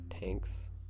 tanks